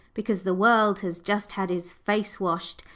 because the world has just had his face washed,